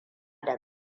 da